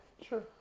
Sure